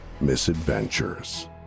Misadventures